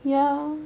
ya